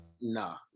Nah